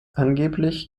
angeblich